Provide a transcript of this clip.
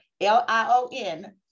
L-I-O-N